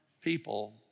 people